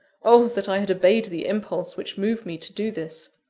oh, that i had obeyed the impulse which moved me to do this!